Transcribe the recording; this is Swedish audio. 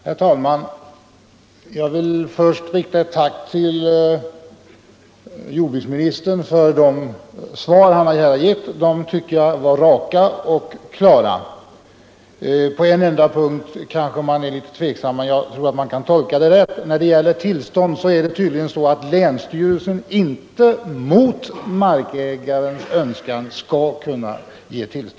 Herr talman! Jag vill först rikta ett tack till jordbruksministern för de svar han har givit. Jag tyckte att de var raka och klara. På en enda punkt är jag kanske litet tveksam, men jag tror att jag kan tolka svaret rätt. Det är tydligen så att länsstyrelsen inte skall kunna ge tillstånd mot markägarens önskan.